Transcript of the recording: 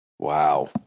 Wow